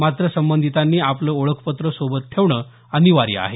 मात्र सबंधितांनी आपलं ओळखपत्र सोबत ठेवणं अनिवार्य आहे